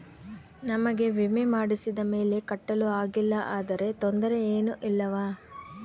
ನಮಗೆ ವಿಮೆ ಮಾಡಿಸಿದ ಮೇಲೆ ಕಟ್ಟಲು ಆಗಿಲ್ಲ ಆದರೆ ತೊಂದರೆ ಏನು ಇಲ್ಲವಾ?